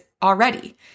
already